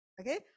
Okay